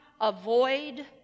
avoid